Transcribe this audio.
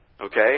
okay